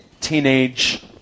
teenage